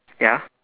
ya